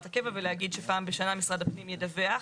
הקבע ולהגיד שפעם בשנה משרד הפנים ידווח.